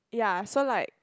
ya so like